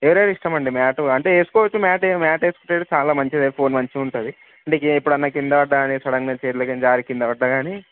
ఎవరెవరి ఇష్టం అండి మ్యాటు అంటే వేసుకోవచ్చు మ్యాట్ మ్యాట్ వేసుకుంటేనే చాలా మంచిది ఫోన్ మంచిగా ఉంటుంది నీకు ఎప్పుడైనా కింద బ్యాలెన్స్ సడన్గా చేతిలో నుంచి జారీ కింద పడ్డ కానీ